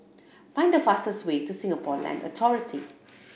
find the fastest way to Singapore Land Authority